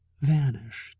vanished